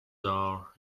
are